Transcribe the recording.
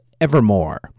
Evermore